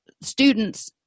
students